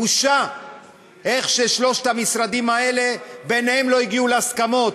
בושה איך שלושת המשרדים האלה ביניהם לא הגיעו להסכמות.